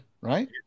Right